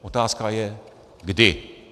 Otázka je kdy.